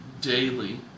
daily